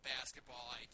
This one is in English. basketball